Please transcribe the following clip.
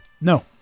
No